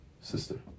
sister